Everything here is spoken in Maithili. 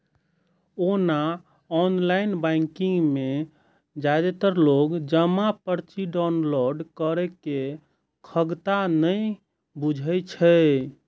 ओना ऑनलाइन बैंकिंग मे जादेतर लोक जमा पर्ची डॉउनलोड करै के खगता नै बुझै छै